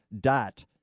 dot